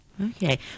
Okay